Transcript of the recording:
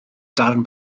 darn